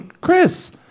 Chris